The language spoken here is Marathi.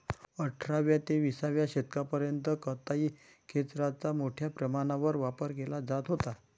अठराव्या ते विसाव्या शतकापर्यंत कताई खेचराचा मोठ्या प्रमाणावर वापर केला जात होता